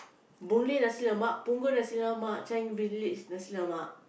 Boon-Lay nasi-lemak Punggol nasi-lemak Chinese Village nasi-lemak